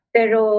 Pero